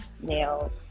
nails